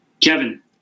Kevin